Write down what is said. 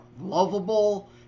lovable